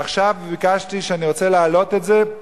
ועכשיו ביקשתי שאני רוצה להעלות את זה,